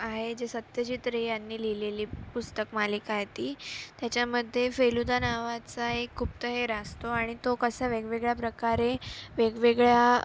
आहे जे सत्यजित रे यांनी लिहिलेली पुस्तक मालिका आहे ती त्याच्यामध्ये फेलुदा नावाचा एक गुप्तहेर असतो आणि तो कसा वेगवेगळ्या प्रकारे वेगवेगळ्या